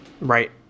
Right